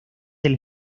del